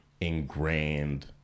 ingrained